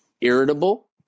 irritable